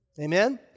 Amen